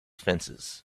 fences